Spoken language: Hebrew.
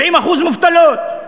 70% מובטלות.